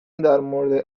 درمورد